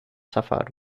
suffered